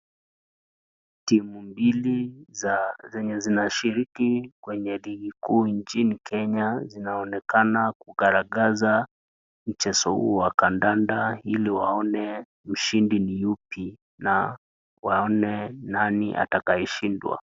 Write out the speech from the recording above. Timu mbili zenye zinashiriki kwenye ligi kuu nchini Kenya zinaonekana kukaragaza mchezo huu wa kandanda ili waone mshindi ni yupi na waone nani atakaye shindwa.